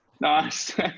Nice